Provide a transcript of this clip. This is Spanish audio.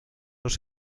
los